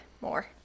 more